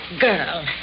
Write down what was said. girl